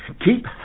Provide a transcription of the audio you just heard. Keep